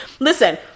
Listen